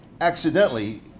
accidentally